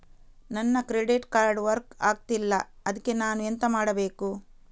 ನನ್ನ credit card work ಆಗ್ತಿಲ್ಲ ಅದ್ಕೆ ನಾನು ಎಂತ ಮಾಡಬೇಕು?